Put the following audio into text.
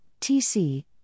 TC